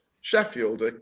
Sheffield